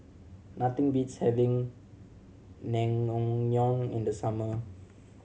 nothing beats having Naengmyeon in the summer